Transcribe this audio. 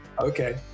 Okay